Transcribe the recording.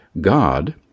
God